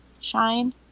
shine